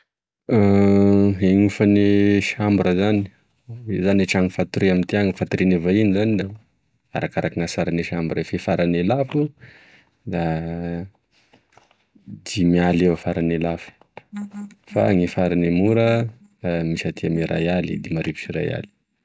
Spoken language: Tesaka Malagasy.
gne ofagne chambre zany e zany trano fatoria amty any fatorigne vahiny zany da arakarakign'atsaragne chambre sy faragne lafo da dimy aly eo faragne lafo fa gne faragne mora misy aty amigne ray aly dimarivo sy ray aly.